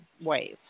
ways